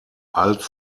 als